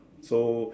so